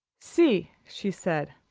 see, she said,